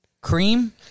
Cream